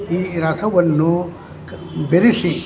ಈ ರಸವನ್ನು ಬೆರಿಸಿ